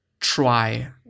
try